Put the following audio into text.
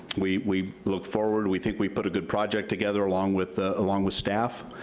we we look forward, we think we put a good project together, along with ah along with staff,